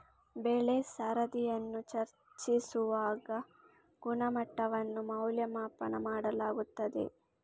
ಬೆಳೆ ಸರದಿಯನ್ನು ಚರ್ಚಿಸುವಾಗ ಗುಣಮಟ್ಟವನ್ನು ಮೌಲ್ಯಮಾಪನ ಮಾಡಲಾಗುತ್ತದೆ